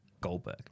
Goldberg